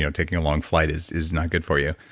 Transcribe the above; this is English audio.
yeah taking a long flight is is not good for you,